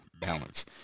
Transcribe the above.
balance